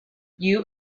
you